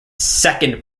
second